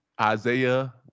Isaiah